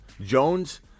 Jones